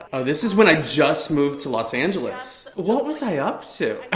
oh this is when i just moved to los angeles. what was i up to?